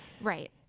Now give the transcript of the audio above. right